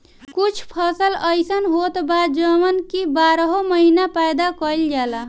कुछ फसल अइसन होत बा जवन की बारहो महिना पैदा कईल जाला